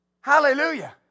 Hallelujah